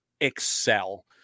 excel